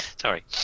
Sorry